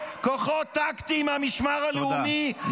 כוחות טקטיים מהמשמר הלאומי -- תודה,